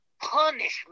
punishment